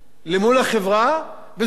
וזה התפקיד של התקשורת מול החברה,